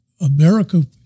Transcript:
America